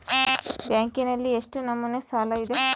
ಬ್ಯಾಂಕಿನಲ್ಲಿ ಎಷ್ಟು ನಮೂನೆ ಸಾಲ ಇದೆ?